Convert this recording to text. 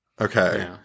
okay